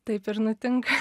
taip ir nutinka